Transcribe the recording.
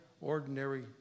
ordinary